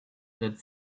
that